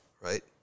right